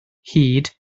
hud